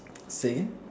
say again